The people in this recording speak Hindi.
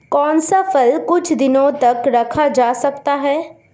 कौन सा फल कुछ दिनों तक रखा जा सकता है?